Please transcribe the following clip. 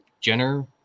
Jenner